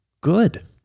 good